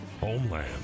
Homeland